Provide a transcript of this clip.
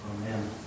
Amen